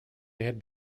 had